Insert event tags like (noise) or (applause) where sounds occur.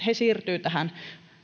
(unintelligible) he siirtyvät tähän